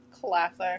Classic